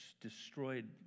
destroyed